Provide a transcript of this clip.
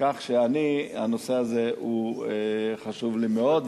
כך שהנושא הזה חשוב לי מאוד,